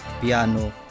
piano